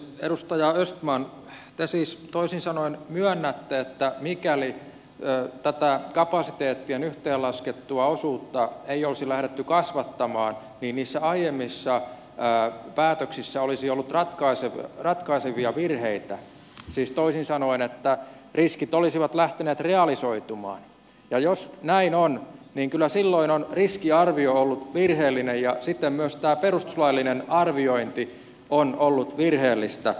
edustaja östman te siis toisin sanoen myönnätte että mikäli tätä kapasiteettien yhteenlaskettua osuutta ei olisi lähdetty kasvattamaan niissä aiemmissa päätöksissä olisi ollut ratkaisevia virheitä siis toisin sanoen riskit olisivat lähteneet realisoitumaan ja jos näin on niin kyllä silloin on riskiarvio ollut virheellinen ja sitten myös tämä perustuslaillinen arviointi on ollut virheellistä